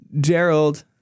Gerald